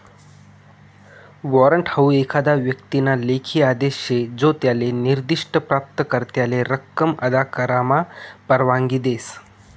warrant हाऊ एखादा व्यक्तीना लेखी आदेश शे जो त्याले निर्दिष्ठ प्राप्तकर्त्याले रक्कम अदा करामा परवानगी देस